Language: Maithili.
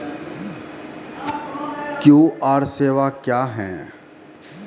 क्यू.आर सेवा क्या हैं?